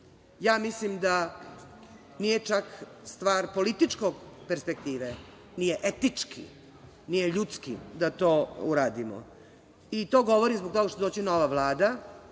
Ja mislim da nije čak stvar političke perspektive, nije etički, nije ljudski da to uradimo. To govorim zbog toga što će doći nova Vlada.